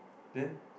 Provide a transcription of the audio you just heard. then